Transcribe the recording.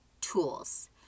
tools